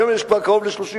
היום יש כבר קרוב ל-30,000,